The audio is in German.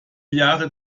jahr